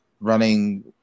running